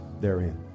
therein